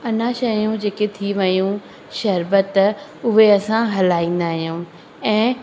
अञा शयूं जेके थी वियूं शरबत उहे असां हलाईंदा आहियूं ऐं